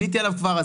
עניתי עליו כבר,